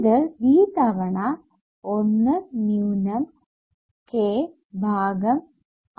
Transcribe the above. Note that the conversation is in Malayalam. ഇത് V തവണ 1 ന്യൂനം k ഭാഗം R